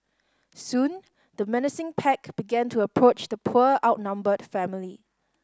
soon the menacing pack began to approach the poor outnumbered family